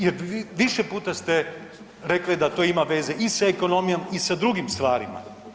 Jer više puta ste rekli da to ima veze i da ekonomijom i sa drugim stvarima.